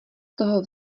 toho